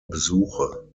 besuche